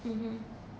mmhmm